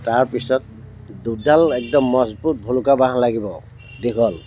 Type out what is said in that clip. তাৰপিছত দুডাল একদম মজবুত ভোলোকা বাঁহ লাগিব দীঘল